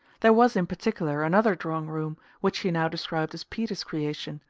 there was, in particular, another drawing-room, which she now described as peter's creation,